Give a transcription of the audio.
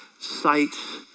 sights